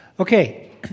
Okay